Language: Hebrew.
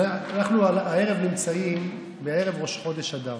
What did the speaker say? אנחנו הערב נמצאים בערב ראש חודש אדר,